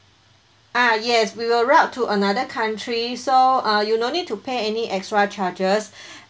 ah yes we will route to another country so uh you no need to pay any extra charges